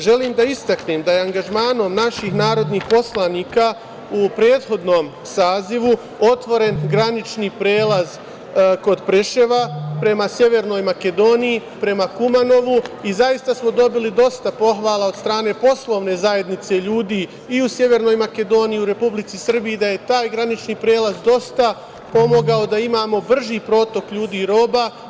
Želim da istaknem da je angažmanom naših narodnih poslanika u prethodnom sazivu otvoren granični prelaz kod Preševa prema Severnoj Makedoniji, prema Kumanovu i zaista smo dobili dosta pohvala od strane poslovne zajednice ljudi i u Severnoj Makedoniji i u Republici Srbiji da je taj granični prelaz dosta pomogao da imamo brži protok ljudi i roba.